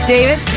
David